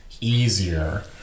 easier